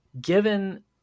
given